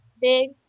big